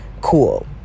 cool